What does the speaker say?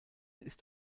ist